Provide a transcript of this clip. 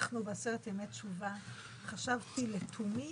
אנחנו בעשרת ימי תשובה, חשבתי לתומי